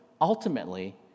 ultimately